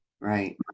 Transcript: Right